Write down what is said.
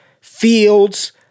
Fields